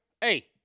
Hey